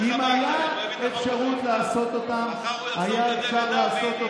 הוא ילך הביתה, אפשר היה להעביר את החוק הזה.